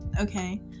Okay